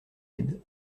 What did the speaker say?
aide